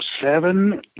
seven